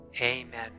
Amen